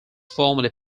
formerly